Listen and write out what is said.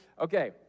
Okay